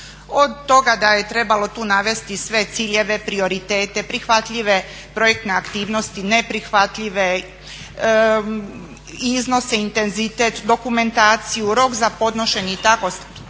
od toga da je trebalo tu navesti sve ciljeve, prioritete, prihvatljive projektne aktivnosti, neprihvatljive, iznos, intenzitet, dokumentaciju, rok za podnošenje itd.